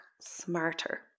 smarter